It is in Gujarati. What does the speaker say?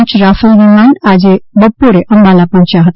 પાંચ રાફેલ વિમાન આજે બપોરે અંબાલા પહોંચ્યા હતા